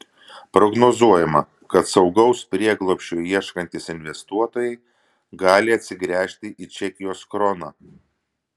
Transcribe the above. prognozuojama kad saugaus prieglobsčio ieškantys investuotojai gali atsigręžti į čekijos kroną